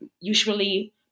usually